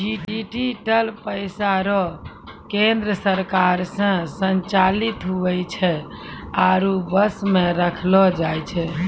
digital पैसा रो केन्द्र सरकार से संचालित हुवै छै आरु वश मे रखलो जाय छै